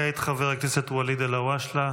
כעת חבר הכנסת ואליד אלהואשלה,